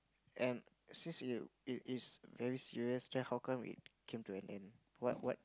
and since you you you very serious then how come it came to an end what what